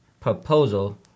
proposal